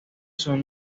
son